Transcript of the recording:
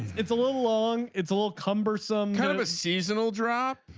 it's a little long it's a little cumbersome kind of a seasonal drop.